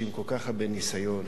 הרבה ניסיון